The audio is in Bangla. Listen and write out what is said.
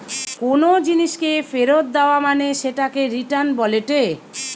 কোনো জিনিসকে ফেরত দেয়া মানে সেটাকে রিটার্ন বলেটে